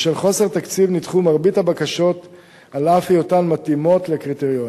בשל חוסר תקציב נדחו מרבית הבקשות על אף היותן מתאימות לקריטריונים.